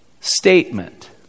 statement